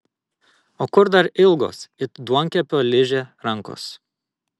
o kur dar ilgos it duonkepio ližė rankos